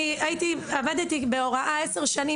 אני עבדתי בהוראה עשר שנים,